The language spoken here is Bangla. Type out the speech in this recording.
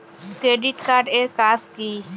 ক্রেডিট কার্ড এর কাজ কি?